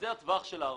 זה הטווח של הערכות.